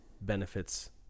benefits